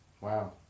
Wow